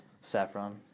Saffron